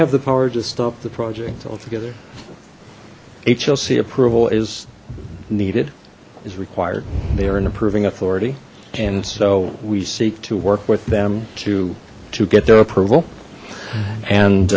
have the power to stop the project altogether hlc approval is needed is required they are an approving authority and so we seek to work with them to to get their approval